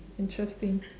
interesting